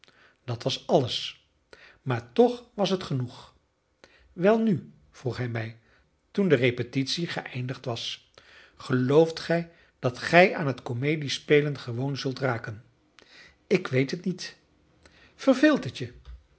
dat was alles maar toch was het genoeg welnu vroeg hij mij toen de repetitie geëindigd was gelooft gij dat gij aan het komedie spelen gewoon zult raken ik weet het niet